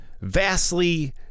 vastly